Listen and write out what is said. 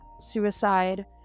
suicide